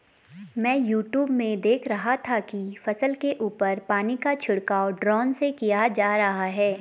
मैं यूट्यूब में देख रहा था कि फसल के ऊपर पानी का छिड़काव ड्रोन से किया जा रहा है